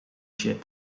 ship